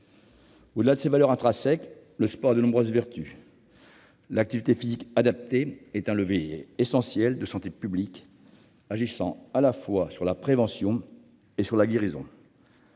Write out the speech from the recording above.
Au-delà de ses valeurs intrinsèques, le sport a de nombreuses vertus. L'activité physique adaptée est un levier essentiel de santé publique, agissant à la fois sur la prévention et sur la guérison.